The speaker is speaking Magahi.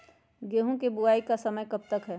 गेंहू की बुवाई का समय कब तक है?